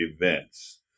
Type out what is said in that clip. events